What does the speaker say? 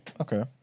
okay